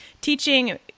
teaching